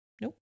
Nope